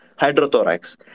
hydrothorax